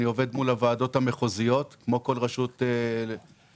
אני עובד מול הוועדות המחוזיות כמו כל רשות אחרת.